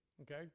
Okay